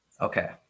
Okay